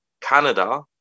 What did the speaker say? Canada